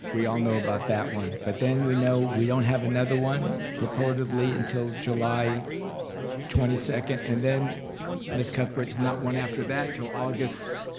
we all know about that one but then we know we don't have another one purportedly until july twenty twenty second, and then miss cuthbert there's not one after that til august,